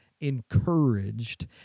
encouraged